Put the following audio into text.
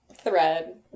thread